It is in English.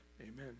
amen